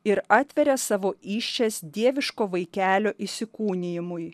ir atveria savo įsčias dieviško vaikelio įsikūnijimui